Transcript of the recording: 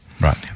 Right